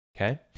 Okay